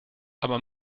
aber